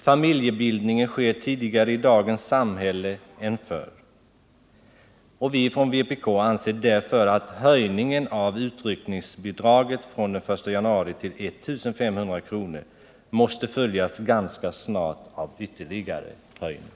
Familjebildningen sker också tidigare i dagens samhälle än förr. Vi från vpk anser därför att höjningen av utryckningsbidraget från den 1 januari 1979 till 1 500 kr. måste följas ganska snart av ytterligare höjning.